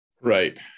Right